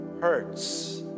hurts